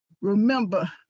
remember